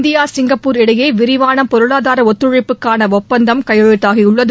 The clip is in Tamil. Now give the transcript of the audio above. இந்தியா சிங்கப்பூர் இடையே விரிவாள பொருளாதார ஒத்துழைப்புக்காள ஒப்பந்தம் கையெழுத்தாகியுள்ளது